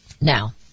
Now